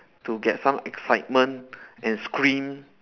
to get some excitement and scream